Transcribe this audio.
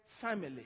family